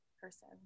person